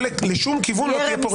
לשום כיוון לא תהיה פה רמיסה.